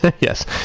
yes